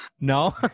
No